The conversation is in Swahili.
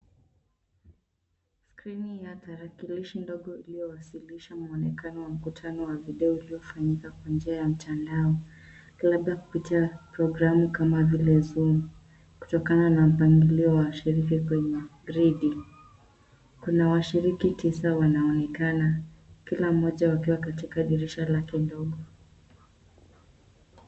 Skrini ya tarakilishi ndogo iliyowasilisha mwonekano wa mkutano wa video uliofanyika kwa njia ya mtandao, labda kupitia programu kama vile Zoom , kutokana na mpangilio wa washiriki kwenye gredi . Kuna washiriki tisa wanaonekana kila mmoja wakiwa katika dirisha lake ndogo.